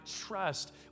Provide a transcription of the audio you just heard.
trust